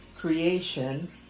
creation